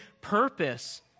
purpose